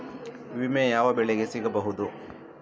ವಿಮೆ ಯಾವ ಬೆಳೆಗೆ ಸಿಗಬಹುದು?